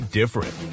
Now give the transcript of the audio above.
different